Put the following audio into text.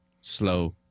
slow